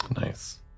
Nice